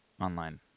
online